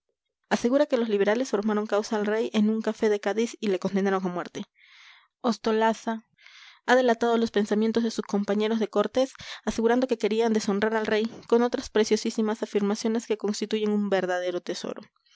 asegura que los liberales formaron causa al rey en un café de cádiz y le condenaron a muerte ostolaza ha delatado los pensamientos de sus compañeros de cortes asegurando que querían deshonrar al rey con otras preciosísimas afirmaciones que constituyen un verdadero tesoro